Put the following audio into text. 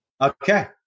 Okay